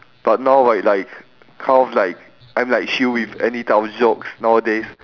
but now right like kind of like I'm like chill with any type of jokes nowadays